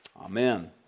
Amen